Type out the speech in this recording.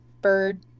bird